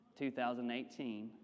2018